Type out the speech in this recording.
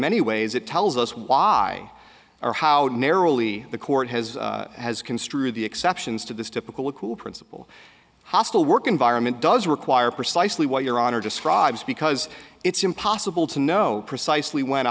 many ways it tells us why or how narrowly the court has has construed the exceptions to this typical cool principle hostile work environment does require precisely what your honor describes because it's impossible to know precisely when a